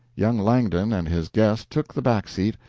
young langdon and his guest took the back seat,